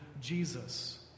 Jesus